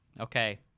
Okay